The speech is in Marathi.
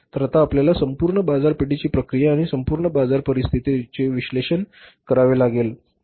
तर आता आपल्याला संपूर्ण बाजारपेठेची प्रक्रिया आणि संपूर्ण बाजार परिस्थितीचे विश्लेषण करावे लागेल